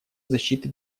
защиты